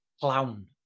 Clown